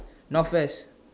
northwest